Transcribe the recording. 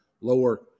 lower